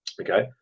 Okay